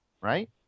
right